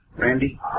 Randy